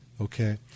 okay